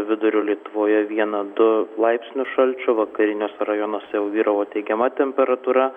vidurio lietuvoje vieną du laipsnius šalčio vakariniuose rajonuose jau vyravo teigiama temperatūra